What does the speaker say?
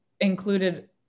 included